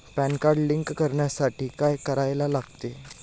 Pan card link करण्यासाठी काय करायला लागते?